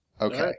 Okay